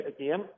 again